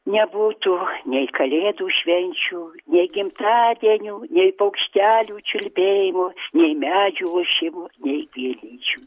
nebūtų nei kalėdų švenčių nei gimtadienių nei paukštelių čiulbėjimo nei medžių ošimo nei gėlyčių